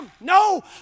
No